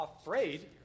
afraid